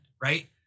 right